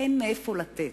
"אין מאיפה לתת".